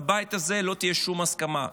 בבית הזה לא תהיה שום הסכמה,